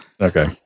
Okay